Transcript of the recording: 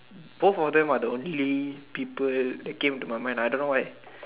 both of them are the only people who came to my mind